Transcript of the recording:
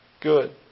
good